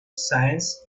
science